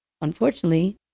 Unfortunately